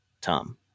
Tom